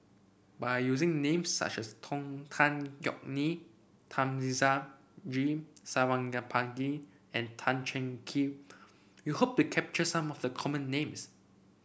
by using names such as Tong Tan Yeok Nee Thamizhavel G Sarangapani and Tan Cheng Kee we hope to capture some of the common names